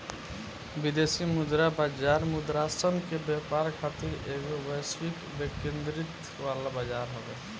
विदेशी मुद्रा बाजार मुद्रासन के व्यापार खातिर एगो वैश्विक विकेंद्रीकृत वाला बजार हवे